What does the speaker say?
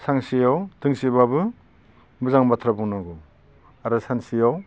सानसेयाव दोंसेब्लाबो मोजां बाथ्रा बुंनांगौ आरो सानसेयाव